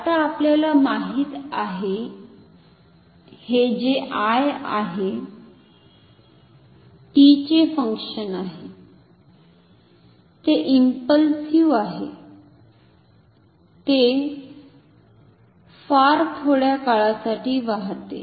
आता आपल्याला माहित आहे हे जे I आहे t चे फंक्शन आहे ते इंपलसिव्ह आहे तर ते फार थोड्या काळासाठी वाहते